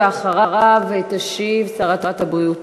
ואחריו תשיב שרת הבריאות.